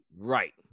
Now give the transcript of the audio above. Right